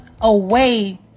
away